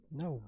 no